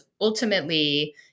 ultimately